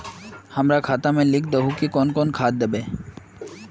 हमरा खाता में लिख दहु की कौन कौन खाद दबे?